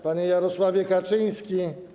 Panie Jarosławie Kaczyński!